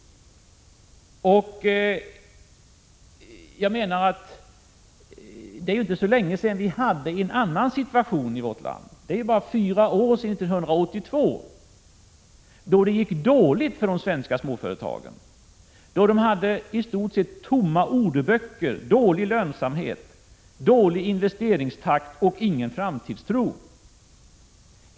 Det är inte så länge sedan situationen var en annan i vårt land. Det är bara fyra år sedan 1982, då det gick dåligt för de svenska småföretagen. Då hade de i stort sett tomma orderböcker, dålig lönsamhet, dålig investeringstakt och ingen framtidstro.